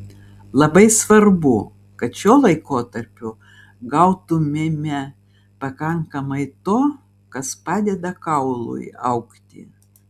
labai svarbu kad šiuo laikotarpiu gautumėme pakankamai to kas padeda kaului augti